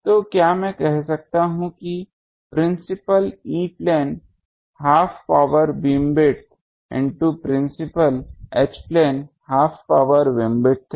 तो क्या मैं यह कह सकता हूं कि principal E plane half power beamwidth into principal H plane half power beamwidth है